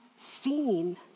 seen